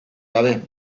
gabe